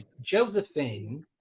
Josephine